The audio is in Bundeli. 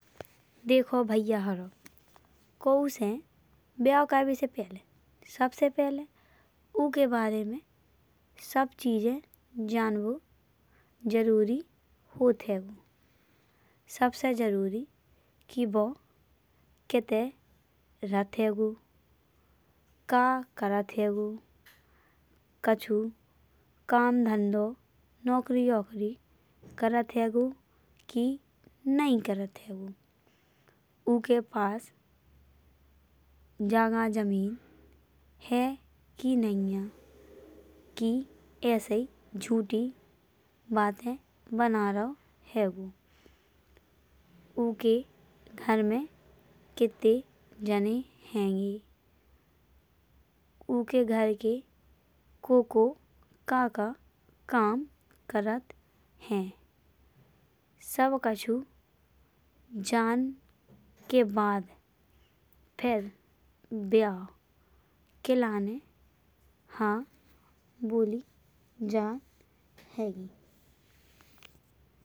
देखो भैयानारो कौ से व्ययो करबे से पहिले सबसे पहिले ओके। बारे में सब चीजे जानबो जरूरी होत हैंगो। सबसे जरूरी कि बो कित्ते रहत हैंगो का करत हैंगो। कछु काम धंदो नौकरी आउकारी करत हैंगो की नई करत हैंगो। ओके पास जगह जमीन है की नईया की ऐसे ही झूठी बातें बना रहो हैंगो। ओके घर में कित्ते जने हैंगे। ओके घर के कौ कौ का का काम करत है। सब कछु जान के बाद फिर व्याओ के लाने हा बोली जात हैंगे।